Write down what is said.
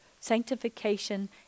sanctification